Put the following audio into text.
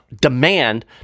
demand